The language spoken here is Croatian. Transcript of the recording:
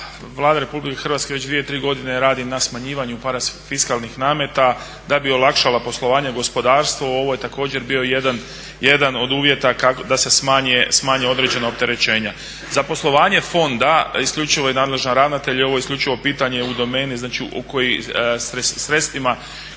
Vlada Republike Hrvatske već dvije-tri godine radi na smanjivanju parafiskalnih nameta da bi olakšala poslovanje gospodarstvu, ovo je također bio jedan od uvjeta da se smanje određena opterećenja. Za poslovanje fonda isključivo je nadležan ravnatelj i ovo je isključivo pitanje u domeni znači … sredstvima